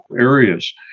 areas